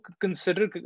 consider